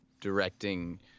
directing